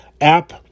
app